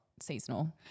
seasonal